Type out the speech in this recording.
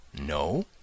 No